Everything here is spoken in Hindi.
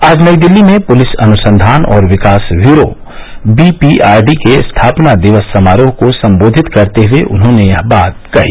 आज नई दिल्ली में पुलिस अनुसंधान और विकास bureau B P R D के स्थापना दिवस समारोह को संबोधित करते हुए उन्होंने यह बात कही